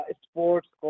sports